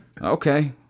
okay